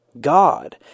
God